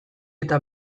eta